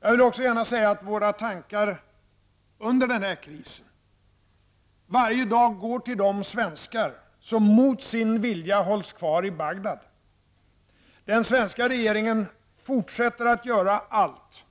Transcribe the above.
Jag vill också gärna säga att våra tankar under den här krisen varje dag går till de svenskar som mot sin vilja hålls kvar i Bagdad. Den svenska regeringen fortsätter att göra allt, fortsätter